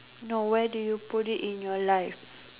no where do you put it in your life